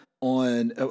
On